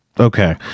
Okay